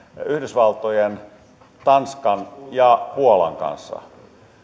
yhdysvaltojen tanskan ja puolan kanssa